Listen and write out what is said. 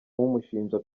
umushinja